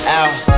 out